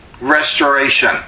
Restoration